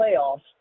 playoffs